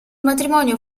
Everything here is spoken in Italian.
matrimonio